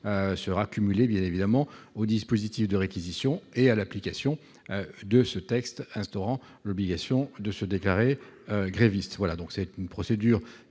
sociaux sur bien évidemment au dispositif de réquisition et à l'application de ce texte instaurant l'obligation de se déclarer gréviste voilà donc c'est une procédure qui